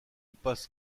passe